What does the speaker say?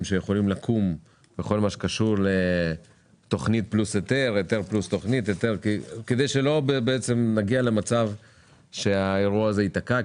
שיכולים לקום בכל מה שקשור בתוכנית+היתר כדי שלא נגיע למצב שהאירוע ייתקע.